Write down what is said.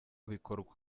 bikorwa